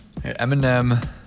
Eminem